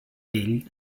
ell